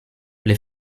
les